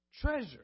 Treasure